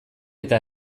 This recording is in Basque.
eta